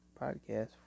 podcast